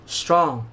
strong